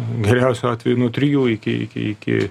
geriausiu atveju nuo trijų iki iki iki